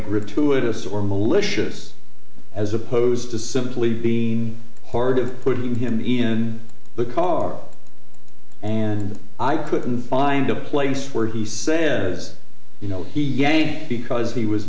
gratuitous or malicious as opposed to simply being horrid of putting him in the car and i couldn't find a place where he says you know he yanked because he was